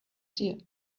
seer